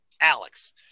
Alex